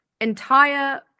entire